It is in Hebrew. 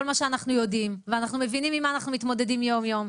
מה שאנחנו יודעים ואנחנו מבינים עם מה אנחנו מתמודדים יום-יום,